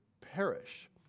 perish